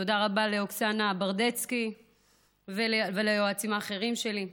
תודה רבה לאוקסנה ברדצקי וליועצים האחרים שלי.